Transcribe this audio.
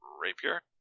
rapier